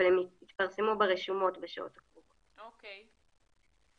הם יתפרסמו ברשומות בשעות הקרובות אוקי.